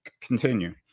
continue